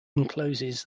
encloses